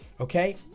okay